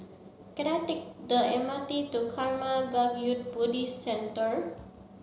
can I take the M R T to Karma Kagyud Buddhist Centre